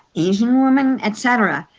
asian woman, et cetera,